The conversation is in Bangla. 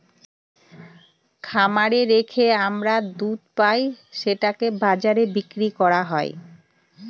খামারে রেখে আমরা দুধ পাই সেটাকে বাজারে বিক্রি করা হয়